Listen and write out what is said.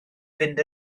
fynd